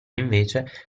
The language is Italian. invece